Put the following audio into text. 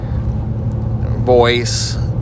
voice